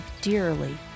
dearly